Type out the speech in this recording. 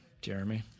Jeremy